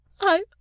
I